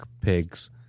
pigs